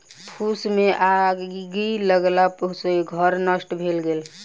फूस मे आइग लगला सॅ घर नष्ट भ गेल